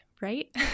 right